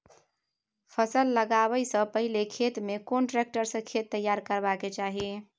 फसल लगाबै स पहिले खेत में कोन ट्रैक्टर स खेत तैयार करबा के चाही?